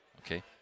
Okay